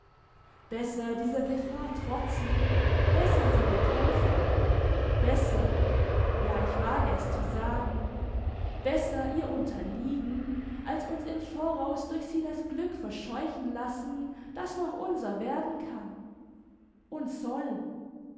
besser dieser gefahr trotzen besser sie bekämpfen besser ja ich wage es zu sagen besser ihr unterliegen als uns im voraus durch sie das glück verscheuchen lassen das noch unser werden kann und soll